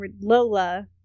Lola